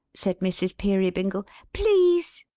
said mrs. peerybingle. please!